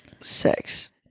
sex